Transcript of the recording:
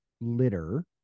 litter